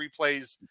replays